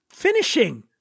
Finishing